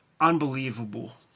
Unbelievable